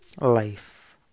Life